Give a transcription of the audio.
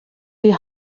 die